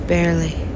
Barely